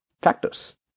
factors